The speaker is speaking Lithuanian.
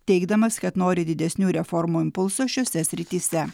teigdamas kad nori didesnių reformų impulso šiose srityse